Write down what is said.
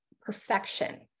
perfection